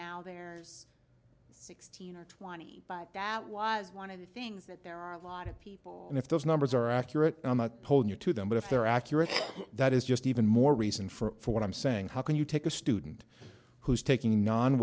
now there are sixteen or twenty five that was one of the things that there are a lot of people and if those numbers are accurate on a whole new to them but if they're accurate that is just even more reason for what i'm saying how can you take a student who's taking a non